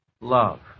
love